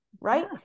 right